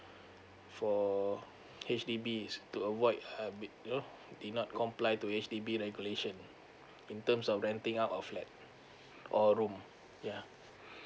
for H_D_B to avoid uh you know did not comply to H_D_B regulation in terms of renting out of flat or room yeah